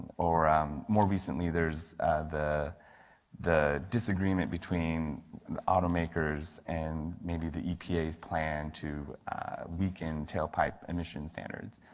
or um more recently, there is the the disagreement between automakers, and may be that epa's plan to weaken tailpipe admission standards.